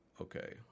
Okay